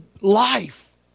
life